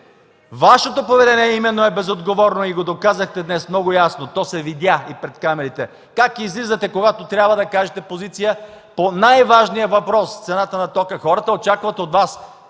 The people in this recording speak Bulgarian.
Вашето поведение именно е безотговорно и го доказахте днес много ясно. То се видя и пред камерите как излизате, когато трябва да кажете позиция по най важния въпрос – цената на тока. Хората очакват от Вас,